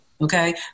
Okay